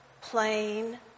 plain